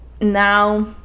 now